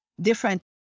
different